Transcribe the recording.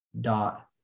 dot